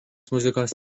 muzikos